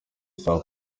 saa